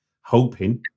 hoping